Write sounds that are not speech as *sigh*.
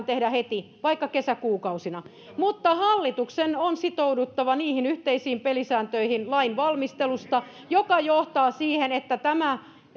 *unintelligible* tehdä heti vaikka kesäkuukausina mutta hallituksen on sitouduttava yhteisiin pelisääntöihin lainvalmistelusta mikä johtaa siihen että tämä